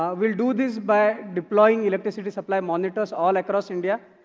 um we'll do this by deploying electricity supply monitors all across india.